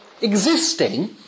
existing